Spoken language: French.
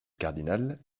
cardinal